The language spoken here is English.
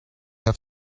have